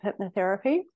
hypnotherapy